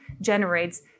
generates